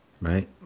right